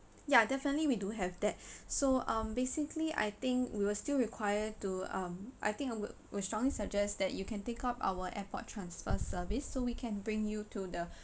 ya definitely we do have that so um basically I think we will still require to um I think I will will strongly suggest that you can take up our airport transfer service so we can bring you to the